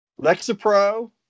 Lexapro